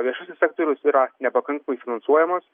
viešasis sektorius yra nepakankamai finansuojamas